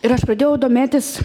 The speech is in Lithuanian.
ir aš pradėjau domėtis